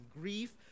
grief